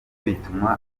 bituma